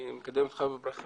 אני מקדם אותך בברכה,